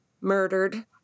murdered